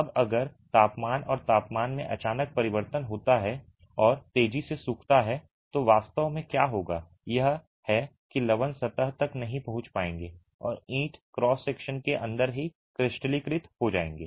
अब अगर तापमान और तापमान में अचानक परिवर्तन होता है और तेजी से सूखता है तो वास्तव में क्या होगा यह है कि लवण सतह तक नहीं पहुंच पाएंगे और ईंट क्रॉस सेक्शन के अंदर ही क्रिस्टलीकृत हो जाएंगे